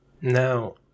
Now